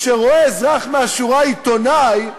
כשרואה אזרח מהשורה עיתונאי,